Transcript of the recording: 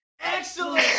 Excellent